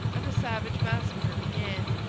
and a savage massacre began.